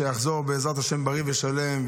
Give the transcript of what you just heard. שיחזור בריא ושלם,